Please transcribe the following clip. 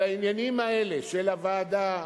על העניינים האלה של הוועדה,